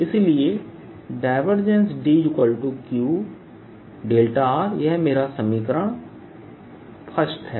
इसलिए DQ δ यह मेरा समीकरण 1 है